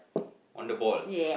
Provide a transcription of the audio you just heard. on the ball